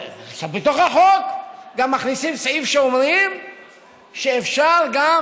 בתוך החוק גם מכניסים סעיף שאומר שאפשר גם